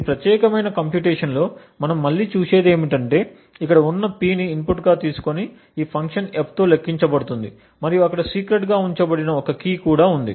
ఈ ప్రత్యేకమైన కంప్యూటేషన్లో మనం మళ్ళీ చూసేది ఏమిటంటే ఇక్కడ ఉన్న P ని ఇన్పుట్ గా తీసుకొని ఈ ఫంక్షన్ F తో లెక్కించబడుతుంది మరియు అక్కడ సీక్రెట్ గా ఉంచబడిన ఒక కీ కూడా ఉంది